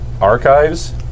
archives